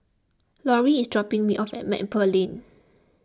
Laurie is dropping me off at Maple Lane